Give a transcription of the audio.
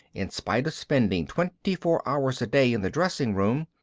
in spite of spending twenty four hours a day in the dressing room,